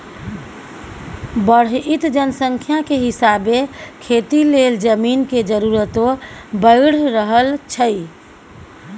बढ़इत जनसंख्या के हिसाबे खेती लेल जमीन के जरूरतो बइढ़ रहल छइ